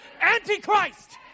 Antichrist